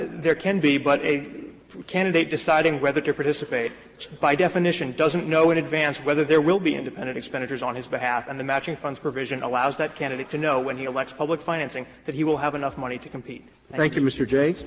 there can be but a candidate deciding whether to participate by definition doesn't know in advance whether there will be independent expenditures on his behalf, and the matching funds provision allows that candidate to know when he elects public financing that he will have enough money to compete. roberts thank you, mr. jay.